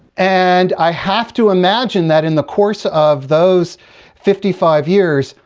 and i have to imagine that, in the course of those fifty five years,